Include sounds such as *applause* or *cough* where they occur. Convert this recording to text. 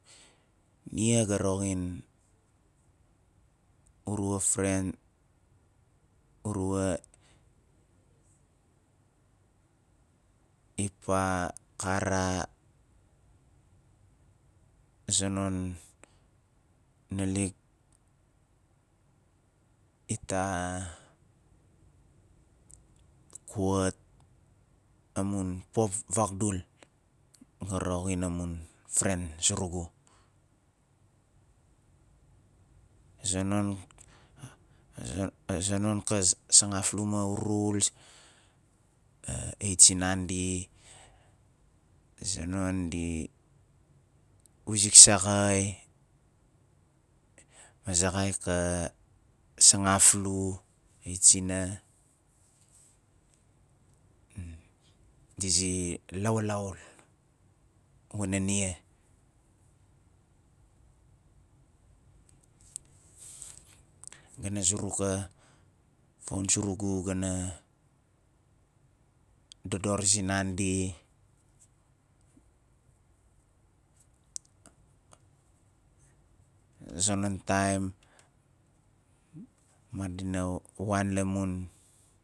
Nia ga roxin urua friend, urua ipa kara a zonon nalik ita *unintelligible* amun pop vagdul ga roxin amun friend surugu a zonon xa- a zonon ka za- sangaflu ma *unintelligible* it sinandi a zonon di wizik saxai ma zaxai ka sangaflu it sina di zi lawalau wana nia ga na zuruk a phone surugu ga na dodor sinandi a zonon taim madina wan la mun